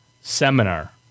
seminar